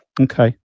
Okay